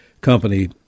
company